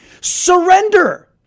Surrender